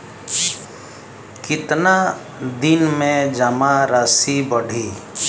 कितना दिन में जमा राशि बढ़ी?